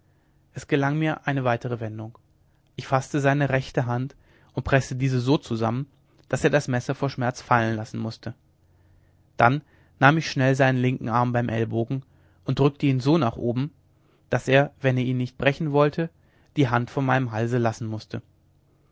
es gelang mir eine weitere wendung ich faßte seine rechte hand und preßte diese so zusammen daß er das messer vor schmerz fallen lassen mußte dann nahm ich schnell seinen linken arm beim ellbogen und drückte ihn so nach oben daß er wenn er ihn nicht brechen wollte die hand von meinem halse lassen mußte